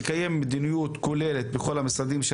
לקיים מדיניות כוללת בכול המשרדים של